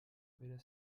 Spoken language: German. weder